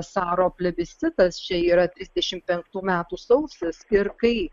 saro plebiscitas čia yra trisdešimt penktų metų sausis ir kai